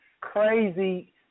crazy